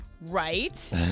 Right